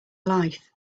life